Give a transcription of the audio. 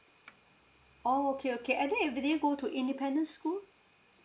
oh okay okay and then if they didn't go to independent school